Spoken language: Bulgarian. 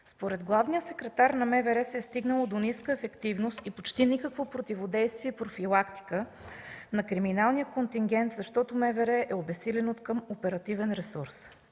Според главния секретар на МВР се е стигнало до ниска ефективност и почти никакво противодействие и профилактика на криминалния контингент, защото МВР е обезсилено откъм оперативен ресурс.